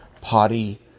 potty